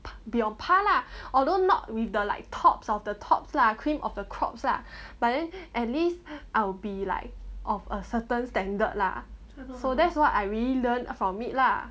be on par lah although not with the like tops of the top lah cream of the crops lah but then at least I'll be like of a certain standard lah so that's what I really learn from it lah